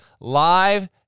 Live